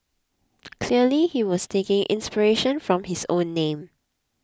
clearly he was taking inspiration from his own name